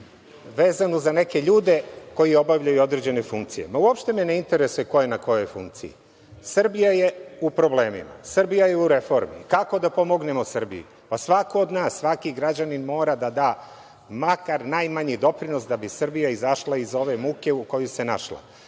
vezanu za neke ljude koji obavljaju određene funkcije. Ma, uopšte me ne interesuje ko je na kojoj funkciji. Srbija je u problemima. Srbija je u reformi. Kako da pomognemo Srbiji? Pa, svako od nas, svaki građanin mora da da makar najmanji doprinos da bi Srbija izašla iz ove muke u kojoj se našla.